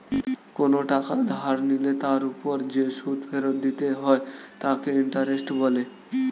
কোনো টাকা ধার নিলে তার উপর যে সুদ ফেরত দিতে হয় তাকে ইন্টারেস্ট বলে